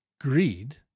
Greed